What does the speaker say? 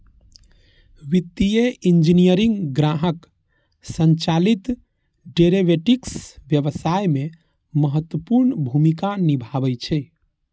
वित्तीय इंजीनियरिंग ग्राहक संचालित डेरेवेटिव्स व्यवसाय मे महत्वपूर्ण भूमिका निभाबै छै